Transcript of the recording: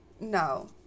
No